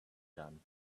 done